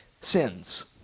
sins